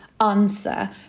answer